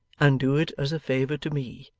and do it as a favour to me.